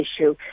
issue